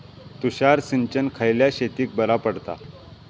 तुषार सिंचन खयल्या शेतीक बरा पडता?